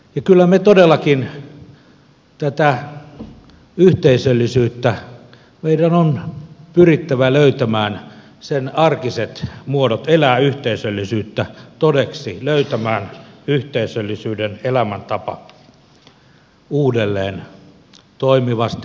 ja kyllä meidän todellakin on pyrittävä löytämään tätä yhteisöllisyyttä sen arkiset muodot elää yhteisöllisyyttä todeksi löytämään yhteisöllisyyden elämäntapa uudelleen toimivasti arkisesti aidosti